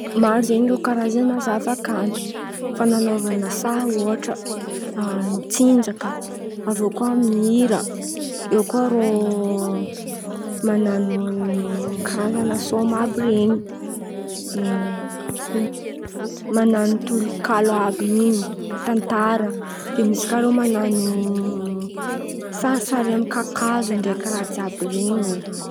Maro zen̈y rô Karazan̈a zavakanto: fan̈anôvana sary ôhatra, tsinjaka, avô koa mihira, eo kà rô man̈ano Karazan̈a sôma àby ren̈y, man̈ano tononkalo àby in̈y, tantara, de misy kà rô man̈ano sarisary amin̈'ny kakazo ndraiky raha jiàby ren̈y.